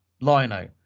Lino